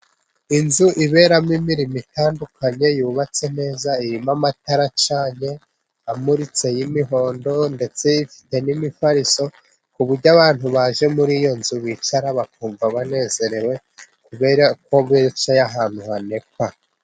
Inzu iberamo imirimo itandukanye yubatse neza, irimo amatara acanye, amuritse y'imihondo, ndetse ifite n'imifariso, ku buryo abantu baje muri iyo nzu bicara bakumva banezerewe, kubera ko bicaye ahantu hanepa.